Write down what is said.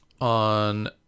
On